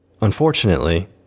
Unfortunately